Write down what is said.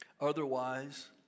Otherwise